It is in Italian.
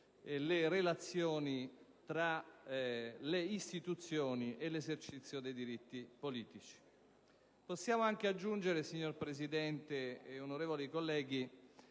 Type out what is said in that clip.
le relazioni tra le istituzioni e l'esercizio dei diritti politici. Possiamo anche aggiungere, signora Presidente e onorevoli colleghi,